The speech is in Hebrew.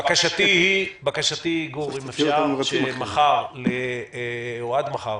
בקשתי היא, גור, שעד מחר